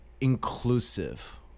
Inclusive